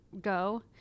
go